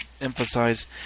emphasize